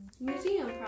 museum